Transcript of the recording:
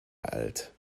alt